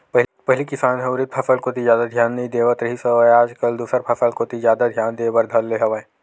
पहिली किसान ह उरिद फसल कोती जादा धियान नइ देवत रिहिस हवय आज कल दूसर फसल कोती जादा धियान देय बर धर ले हवय